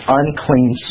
unclean